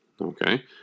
Okay